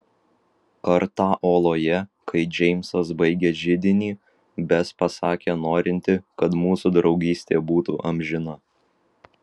kartą oloje kai džeimsas baigė židinį bes pasakė norinti kad mūsų draugystė būtų amžina